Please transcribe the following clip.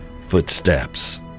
footsteps